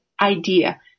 idea